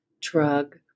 drug